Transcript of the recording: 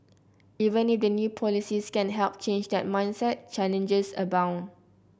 even if the new policies can help change that mindset challenges abound